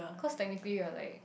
cause technically you are like